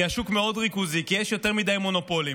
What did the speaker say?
כי השוק מאוד ריכוזי, כי יש יותר מדי מונופולים.